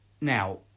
Now